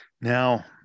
Now